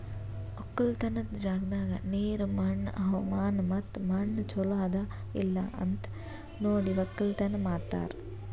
ಒಕ್ಕಲತನದ್ ಜಾಗದಾಗ್ ನೀರ, ಮಣ್ಣ, ಹವಾಮಾನ ಮತ್ತ ಮಣ್ಣ ಚಲೋ ಅದಾ ಇಲ್ಲಾ ಅಂತ್ ನೋಡಿ ಒಕ್ಕಲತನ ಮಾಡ್ತಾರ್